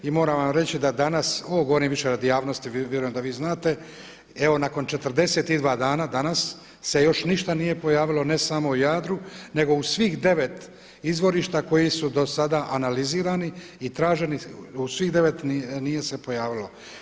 I moram vam reći da danas, ovo govorim više radi javnosti, vjerujem da vi znate, evo nakon 42 dana danas se još ništa nije pojavilo ne samo u Jadru nego u svih 9 izvorišta koji su do sada analizirani i traženi u svih 9 nije se pojavilo.